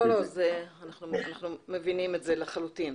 לא, אנחנו מבינים את זה לחלוטין.